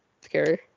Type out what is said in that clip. scary